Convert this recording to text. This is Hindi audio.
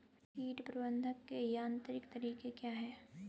कीट प्रबंधक के यांत्रिक तरीके क्या हैं?